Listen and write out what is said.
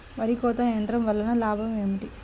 వరి కోత యంత్రం వలన లాభం ఏమిటి?